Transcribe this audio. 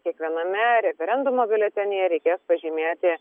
kiekviename referendumo biuletenyje reikės pažymėti